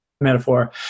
metaphor